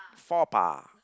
faux pas